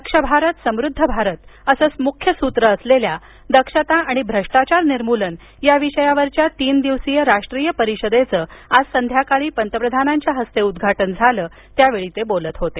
दक्ष भारत समृद्ध भारत असं मुख्य सूत्र असलेल्या दक्षता आणि भ्रष्टाचार निर्मूलन या विषयावरील तीन दिवसीय राष्ट्रीय परिषदेचं आज संध्याकाळी पंतप्रधानांच्या हस्ते उद्घाटन झालं त्यावेळी ते बोलत होते